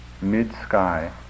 mid-sky